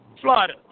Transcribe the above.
Florida